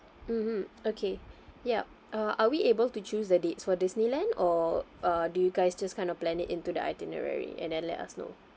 mmhmm okay yup uh are we able to choose the dates for disneyland or uh do you guys just kind of plan it into the itinerary and then let us know